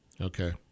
Okay